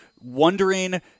wondering